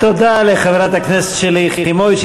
תודה לחברת הכנסת שלי יחימוביץ.